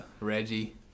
Reggie